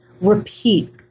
repeat